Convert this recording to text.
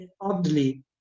oddly